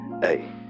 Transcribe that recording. Hey